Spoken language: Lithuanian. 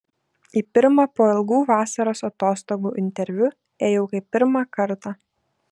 į pirmą po ilgų vasaros atostogų interviu ėjau kaip pirmą kartą